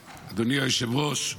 היושב-ראש,